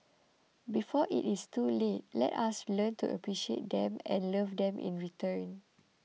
before it is too late let us learn to appreciate them and love them in return